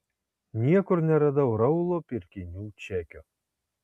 niekur neradau raulo pirkinių čekio